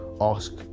Ask